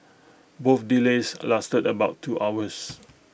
both delays lasted about two hours